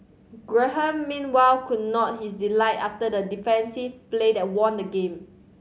Graham meanwhile could not his delight after the decisive play that won the game